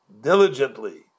diligently